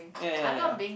ya ya ya